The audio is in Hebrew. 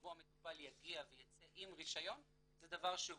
המטופל יגיע וייצא עם רישיון זה דבר שהוא